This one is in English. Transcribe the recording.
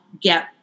get